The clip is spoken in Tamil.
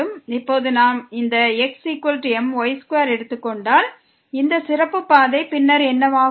இப்போது நாம் இந்த xmy2 எடுத்துக் கொண்டால் இந்த சிறப்பு பாதை பின்னர் என்னவாகும்